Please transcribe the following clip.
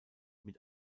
mit